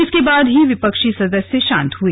इसके बाद ही विपक्षी सदस्य शांत हुए